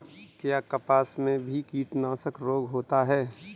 क्या कपास में भी कीटनाशक रोग होता है?